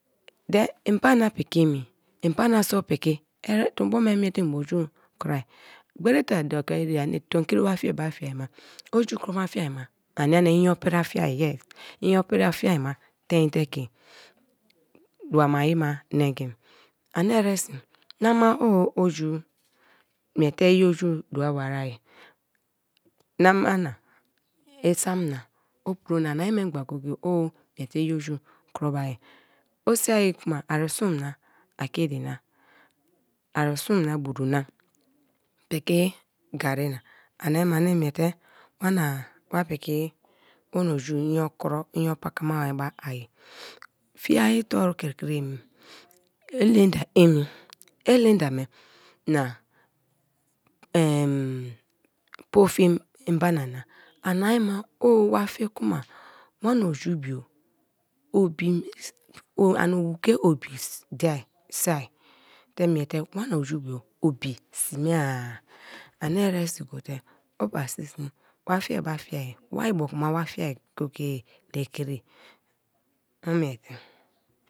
Then mbana piki emi mbana so piki er tombo me miete mbo ju kro-a gberi te a daki era-a ani tomkri wa fieba fiaima oju kroma fiai ma ania nia inyo prica fuai inyo pria fuai mo tein te ke dua ma-ai ma nengim ani eresi nama oju miete i oju dua ba-ai nama na isam na onpro na ani memgba go go-e o niiete i oju kromai o sia kuma arisum na akidi na arisim na buruna piki garri na ani ma ani miete wana wa piki wana oju inyo kro, inyo pakama mia ai fuai toru kri kri emi elenda emi elenda me na poo fi mbana na ani ma o fie kuma wana oju bio obi ani owu ke obi dee sua te miete wana oju bio obi sme a ani eresi gote o pasisi wa fii ba wa ibioku ma wafii go go-e le kri.